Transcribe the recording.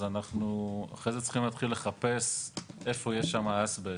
אז אנחנו אחרי זה צריכים להתחיל לחפש איפה יש שם אסבסט,